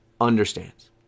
understands